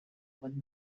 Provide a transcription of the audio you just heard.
when